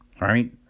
right